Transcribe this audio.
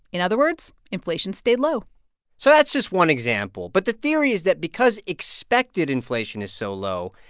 in other words, inflation stayed low so that's just one example. but the theory is that because expected inflation is so low,